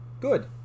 good